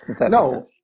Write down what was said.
No